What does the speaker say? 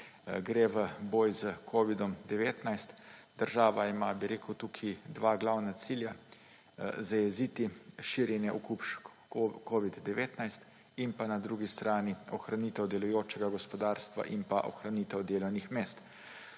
gre v boj z covidom-19. Država ima tukaj dva glavna cilja: zajeziti širjenje okužb covid-19 in na drugi strani ohranitev delujočega gospodarstva in ohranitev delovnih mest.